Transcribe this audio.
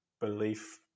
belief